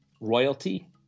royalty